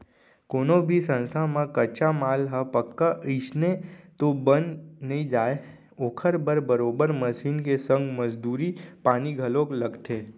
कोनो भी संस्था म कच्चा माल ह पक्का अइसने तो बन नइ जाय ओखर बर बरोबर मसीन के संग मजदूरी पानी घलोक लगथे